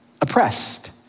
oppressed